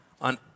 on